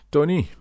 Tony